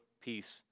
peace